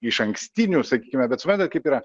išankstinių sakykime bet suprantat kaip yra